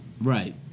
right